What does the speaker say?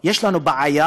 יש לנו בעיה,